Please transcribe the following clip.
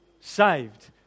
saved